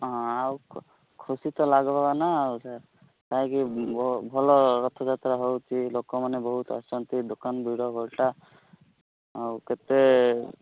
ହଁ ଆଉ ଖୁ ଖୁସି ତ ଲାଗିବ ନା ଆଉ କାହିଁକି ଭ ଭଲ ରଥଯାତ୍ରା ହେଉଛି ଲୋକମାନେ ବହୁତ ଆସୁଛନ୍ତି ଦୋକାନ ଭିଡ଼ ଭଟା ଆଉ କେତେ